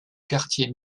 quartiers